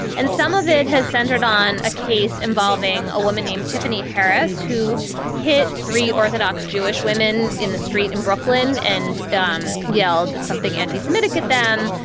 and some of it has centered on a case involving a woman named tiffany harris, who hit three orthodox jewish women in the street in brooklyn and um yelled something anti-semitic at them.